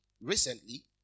recently